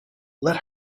let